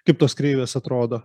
kaip tos kreivės atrodo